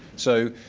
so